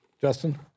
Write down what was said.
Justin